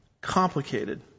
complicated